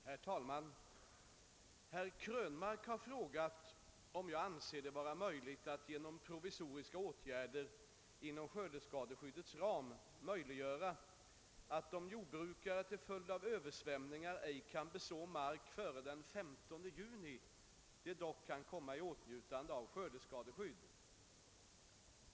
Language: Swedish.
Herr talman! Herr Krönmark har frågat om jag anser det vara möjligt att genom provisoriska åtgärder inom skördeskadeskyddets ram möjliggöra, att om jordbrukare till följd av Ööversvämningar ej kan beså mark före den 15 juni, de dock kan komma i åtnjutande av skördeskadeskydd.